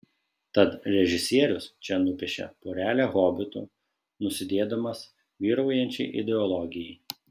tad režisierius čia nupiešia porelę hobitų nusidėdamas vyraujančiai ideologijai